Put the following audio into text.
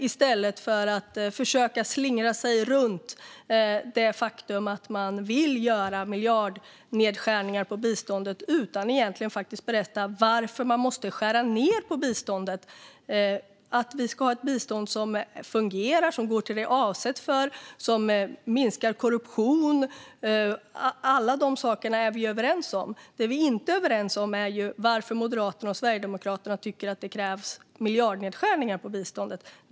I stället försöker ledamoten slingra sig runt det faktum att man vill göra miljardnedskärningar på biståndet utan att egentligen berätta varför man måste skära ned på biståndet. Vi ska ha ett bistånd som fungerar, som går till sådant det är avsett för och som minskar korruption - alla dessa saker är vi överens om. Det vi inte är överens om är varför Moderaterna och Sverigedemokraterna tycker att det krävs miljardnedskärningar på biståndet.